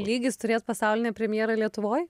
lygis turėt pasaulinę premjerą lietuvoj